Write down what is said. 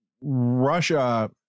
Russia